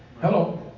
Hello